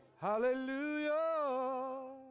Hallelujah